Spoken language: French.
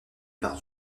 par